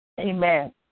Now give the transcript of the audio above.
Amen